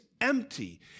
empty